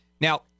Now